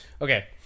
Okay